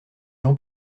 jean